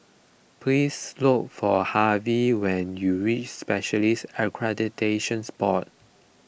please look for Harvy when you reach Specialists Accreditations Board